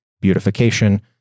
beautification